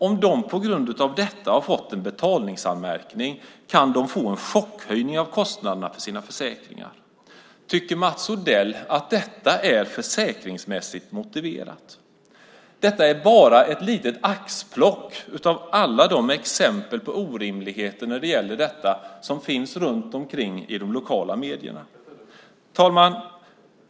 Om de på grund av detta har fått en betalningsanmärkning kan de få en chockhöjning av kostnaderna för sina försäkringar. Tycker Mats Odell att detta är försäkringsmässigt motiverat? Detta är bara ett litet axplock av alla de exempel på orimligheter när det gäller detta som finns runt omkring i de lokala medierna. Fru talman!